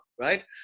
right